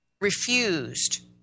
refused